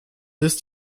ist